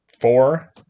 four